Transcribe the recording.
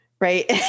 Right